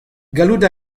gallout